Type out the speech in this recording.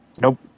Nope